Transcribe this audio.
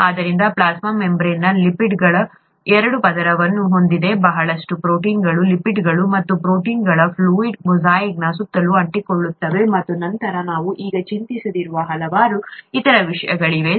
ಆದ್ದರಿಂದ ಈ ಪ್ಲಾಸ್ಮಾ ಮೆಂಬರೇನ್ನ ಲಿಪಿಡ್ಗಳ ಎರಡು ಪದರವನ್ನು ಹೊಂದಿದ್ದು ಬಹಳಷ್ಟು ಪ್ರೋಟೀನ್ಗಳು ಲಿಪಿಡ್ಗಳು ಮತ್ತು ಪ್ರೋಟೀನ್ಗಳ ಫ್ಲೂಯಿಡ್ ಮೊಸಾಯಿಕ್ನ ಸುತ್ತಲೂ ಅಂಟಿಕೊಳ್ಳುತ್ತವೆ ಮತ್ತು ನಂತರ ನಾವು ಈಗ ಚಿಂತಿಸದಿರುವ ಹಲವಾರು ಇತರ ವಿಷಯಗಳಿವೆ